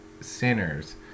sinners